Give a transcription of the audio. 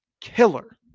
killer